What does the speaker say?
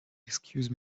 excuse